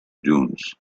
dunes